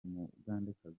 umugandekazi